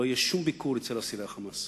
לא יהיה שום ביקור אצל אסירי ה"חמאס"